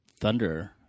thunder